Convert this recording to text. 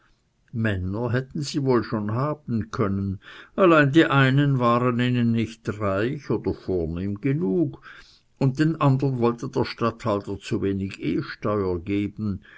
männer hätten sie wohl schon haben können allein die einen waren ihnen nicht reich oder vornehm genug und den andern wollte der statthalter zu wenig ehesteuer geben